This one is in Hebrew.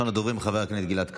ראשון הדוברים, חבר הכנסת גלעד קריב.